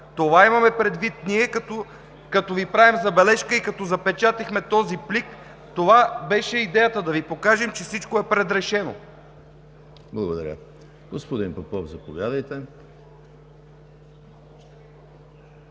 Това имаме предвид ние, като Ви правим забележка и като запечатихме този плик! Това беше идеята – да Ви покажем, че всичко е предрешено. ПРЕДСЕДАТЕЛ ЕМИЛ ХРИСТОВ: Благодаря. Господин Попов, заповядайте.